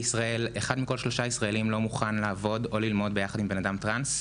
אחד מכל שלושה ישראלים לא מוכן לעבוד או ללמוד ביחד עם בן אדם טרנס.